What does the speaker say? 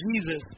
Jesus